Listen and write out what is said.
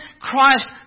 Christ